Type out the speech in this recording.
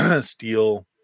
steel